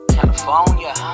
California